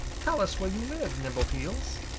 tell us where you live, nimbleheels.